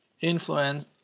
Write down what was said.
influence